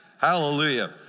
Hallelujah